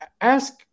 ask